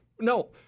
No